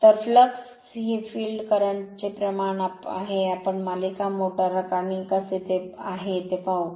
तर फ्लक्स हे फील्ड करंटचे प्रमाण आहे आम्ही मालिका मोटर आणि ते कसे आहे ते पाहू